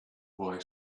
boy